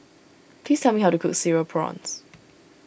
please tell me how to cook Cereal Prawns